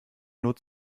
nur